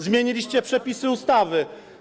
Zmieniliście przepisy ustawy.